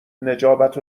نجابت